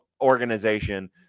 organization